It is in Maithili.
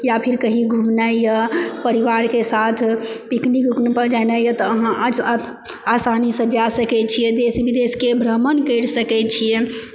या फिर कही घुमनाइ यऽ परिवारके साथ पिकनिक उकनिक पर जेनाय यऽ तऽ अहाँ आसानीसँ जाय सकैत छियै बिदेशके भ्रमण करि सकैत छियै